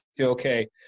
okay